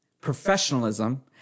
professionalism